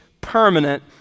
permanent